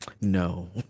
no